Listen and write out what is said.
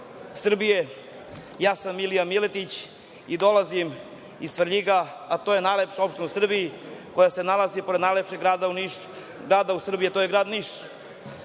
ja sam Milija Miletić i dolazim iz Svrljiga, a to je najlepša opština u Srbiji koja se nalazi pored najlepšeg grada u Srbiji, a to je grad Niš. Kao